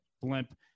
blimp